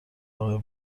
آقای